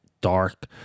dark